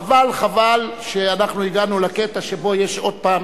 חבל, חבל שהגענו לקטע שבו יש עוד פעם